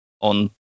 on